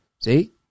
See